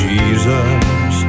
Jesus